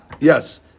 Yes